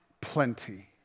plenty